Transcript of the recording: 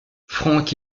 frank